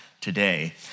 today